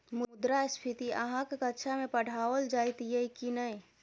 मुद्रास्फीति अहाँक कक्षामे पढ़ाओल जाइत यै की नै?